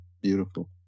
Beautiful